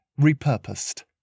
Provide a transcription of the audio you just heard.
repurposed